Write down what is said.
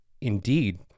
indeed